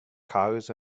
cars